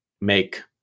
make